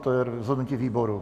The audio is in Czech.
To je rozhodnutí výboru.